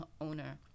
owner